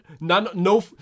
No